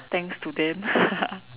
thanks to them